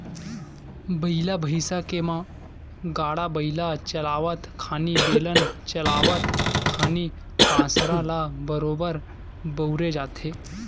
बइला भइसा के म गाड़ा बइला चलावत खानी, बेलन चलावत खानी कांसरा ल बरोबर बउरे जाथे